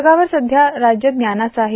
जगावर सध्या राज्य ज्ञानाचं आहे